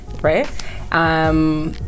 right